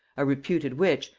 a reputed witch,